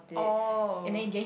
oh